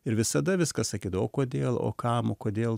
ir visada viską sakydavau o kodėl o kam kodėl